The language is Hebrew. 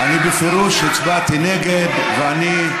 אני בפירוש הצבעתי נגד, ואני,